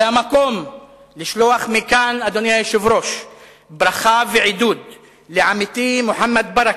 זה המקום לשלוח מכאן ברכה ועידוד לעמיתי מוחמד ברכה,